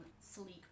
sleek